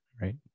right